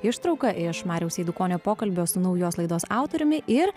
ištrauka iš mariaus eidukonio pokalbio su naujos laidos autoriumi ir